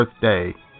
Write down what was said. birthday